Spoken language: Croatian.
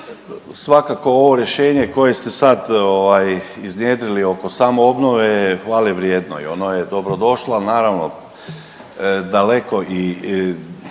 svakako ovo rješenje koje ste iznijeli oko samoobnove je hvale vrijedno i ono je dobro došlo. Ali naravno daleko i